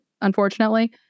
Unfortunately